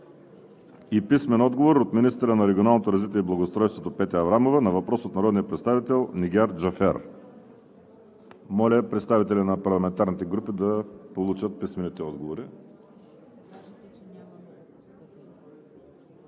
Виолета Желева; – министъра на регионалното развитие и благоустройството Петя Аврамова на въпрос от народния представител Нигяр Джафер. Моля представители на парламентарните групи да получат писмените отговори.